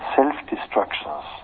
self-destructions